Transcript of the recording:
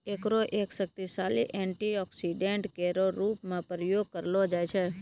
एकरो एक शक्तिशाली एंटीऑक्सीडेंट केरो रूप म प्रयोग करलो जाय छै